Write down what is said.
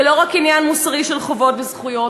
זה לא רק עניין מוסרי של חובות וזכויות,